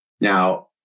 Now